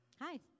Hi